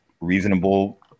reasonable